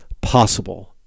possible